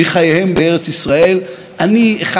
אני מאושר לחיות פה, אני גאה לחיות פה.